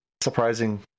surprising